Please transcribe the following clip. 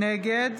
נגד